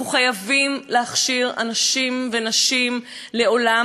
אנחנו חייבים להכשיר אנשים ונשים לעולם